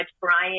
Brian